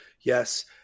Yes